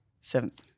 seventh